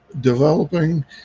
developing